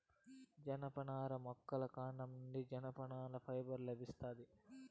జనపనార మొక్క కాండం నుండి జనపనార ఫైబర్ లభిస్తాది